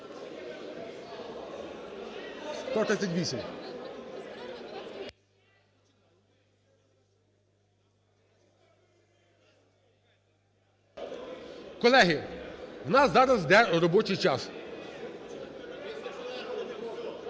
Колеги, у нас зараз іде робочий час.